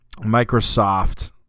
Microsoft